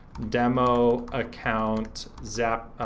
demo account